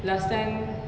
last time